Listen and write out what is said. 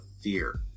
fear